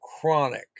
chronic